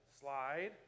slide